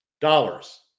dollars